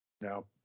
now